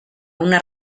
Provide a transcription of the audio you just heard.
una